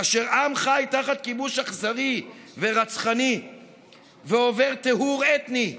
כאשר עם חי תחת כיבוש אכזרי ורצחני ועובר טיהור אתני,